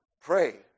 pray